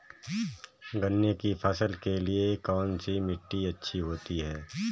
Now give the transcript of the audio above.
गन्ने की फसल के लिए कौनसी मिट्टी अच्छी होती है?